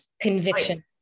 conviction